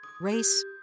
race